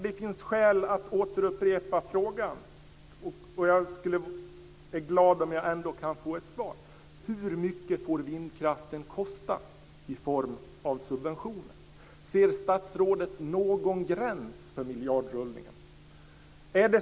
Det finns skäl att återupprepa frågan: Hur mycket får vindkraften kosta i form av subventioner? Jag är glad om jag får ett svar. Ser statsrådet någon gräns för miljardrullningen?